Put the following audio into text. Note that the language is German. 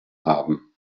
haben